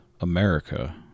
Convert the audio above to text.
America